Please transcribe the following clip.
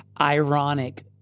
ironic